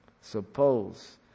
suppose